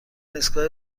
ایستگاه